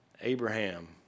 Abraham